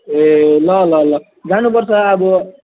ए ल ल ल जानुपर्छ अब